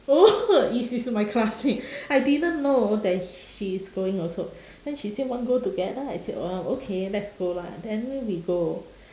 oh is is my classmate I didn't know that she is going also then she say want go together I said um okay let's go lah then we go